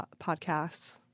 podcasts